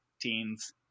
teens